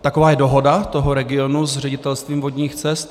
Taková je dohoda toho regionu s Ředitelstvím vodních cest.